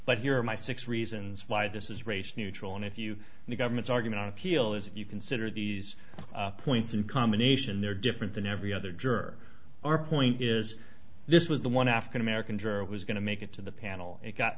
but here are my six reasons why this is race neutral and if you the government's argument on appeal is if you consider these points in combination they're different than every other juror our point is this was the one african american drove was going to make it to the panel it got